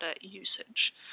usage